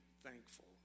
thankful